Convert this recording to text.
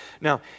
Now